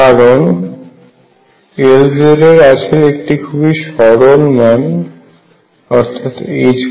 কারণ Lz এর আছে একটি খুবই সরল মান i∂ϕ